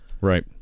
Right